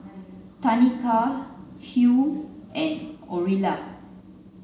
Tanika Hugh and Orilla